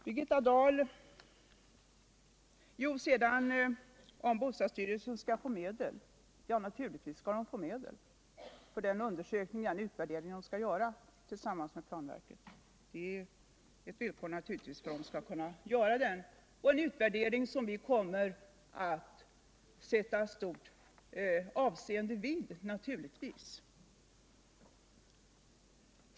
Birgitta Dahl frågade om bostadsstyrelsen skall få medel. Ja, naturligtvis skall man få medel för den undersökning och den utvärdering som bostudsstyrelsen skall göra tillsammans med planverket. Det är naturligtvis ett villkor för att man skall kunna utföra arbetet. Denna utvärdering kommer vi alt fästa stort'avscende vid.